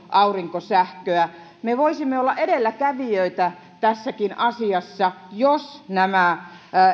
aurinkosähköä me voisimme olla edelläkävijöitä tässäkin asiassa jos